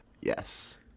Yes